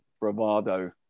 bravado